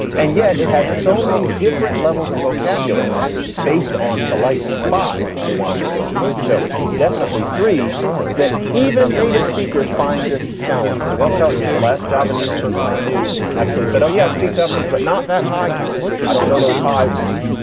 and yet it has so many different levels of vocabulary based on politeness. five, if you want to make it seem showy. definitely three that even native speakers find this challenging. they'll tell you the last japanese person i knew actually said, oh yeah, i speak japanese, but not that high kind. i don't know those high words.